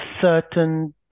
certain